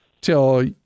till